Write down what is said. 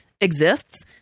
Exists